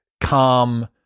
calm